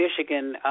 Michigan